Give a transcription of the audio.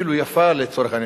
אפילו יפה לצורך העניין.